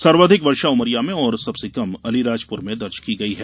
सर्वाधिक वर्षा उमरिया में और सबसे कम अलीराजपुर में दर्ज की गई है